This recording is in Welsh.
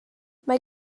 mae